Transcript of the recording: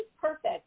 perfect